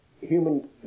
human